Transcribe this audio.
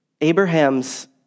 Abraham's